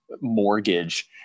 mortgage